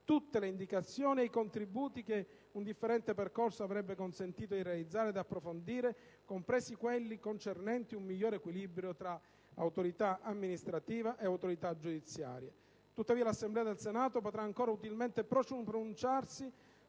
tutte le indicazioni e i contributi che un differente percorso avrebbe consentito di realizzare ed approfondire, compresi quelli concernenti un miglior equilibrio tra autorità amministrativa ed autorità giudiziaria. Tuttavia, l'Assemblea del Senato potrà ancora utilmente pronunciarsi